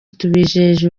tubijeje